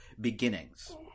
beginnings